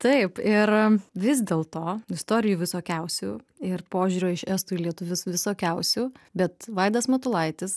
taip ir vis dėlto istorijų visokiausių ir požiūrio iš estų į lietuvius visokiausių bet vaidas matulaitis